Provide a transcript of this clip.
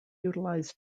utilized